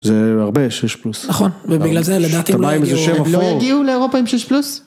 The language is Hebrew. ‫זה הרבה שש פלוס. ‫-נכון, ובגלל זה לדעתי.. לא הגיעו לאירופה עם שש פלוס?